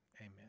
Amen